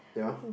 yeah